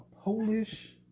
Polish